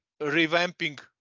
revamping